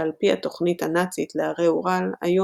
שעל פי התוכנית הנאצית להרי אורל היו